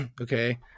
Okay